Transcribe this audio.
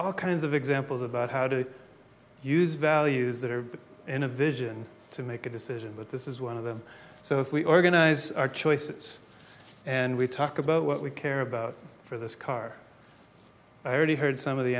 all kinds of examples about how to use values that are in a vision to make a decision but this is one of them so if we organize our choices and we talk about what we care about for this car i already heard some of the